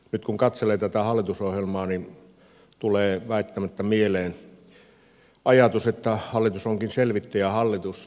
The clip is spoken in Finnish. nyt kun katselee tätä hallitusohjelmaa niin tulee väistämättä mieleen ajatus että hallitus onkin selvittäjähallitus